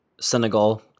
Senegal